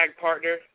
partner